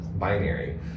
binary